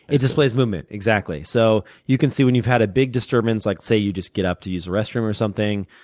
it displays movement. exactly. so you can see when you've had a big disturbance, like say you just get up to use the restroom or something.